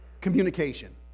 Communication